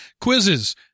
quizzes